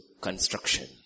construction